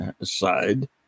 side